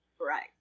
right